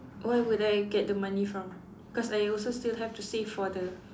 where would I get the money from cause I also still have to save for the